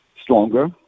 stronger